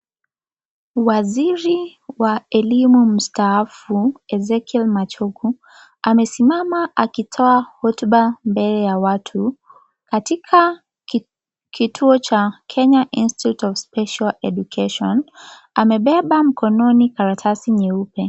Waziri wa elimu mstaafu Ezekie machogu amesimama akitoa hotuba mbele ya watu katika 'Kenya institute of special education 'amebeba mkononi karatasi nyeupe.